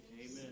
Amen